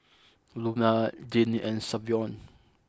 Luna Jeannie and Savion